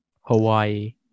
Hawaii